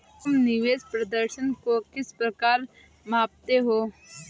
तुम निवेश प्रदर्शन को किस प्रकार मापते हो?